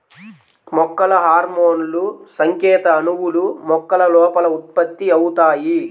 మొక్కల హార్మోన్లుసంకేత అణువులు, మొక్కల లోపల ఉత్పత్తి అవుతాయి